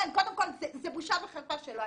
קודם כל, זו בושה וחרפה שהם